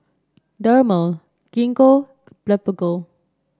Dermale Gingko Blephagel